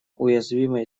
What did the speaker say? уязвимой